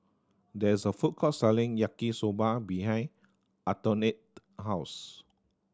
there is a food court selling Yaki Soba behind Antoinette house